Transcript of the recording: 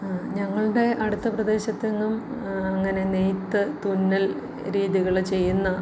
ഞങ്ങളുടെ അടുത്ത പ്രദേശത്തെങ്ങും അങ്ങനെ നെയ്ത് തുന്നൽ രീതികൾ ചെയ്യുന്ന